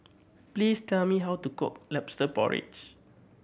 please tell me how to cook Lobster Porridge